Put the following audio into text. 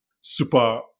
Super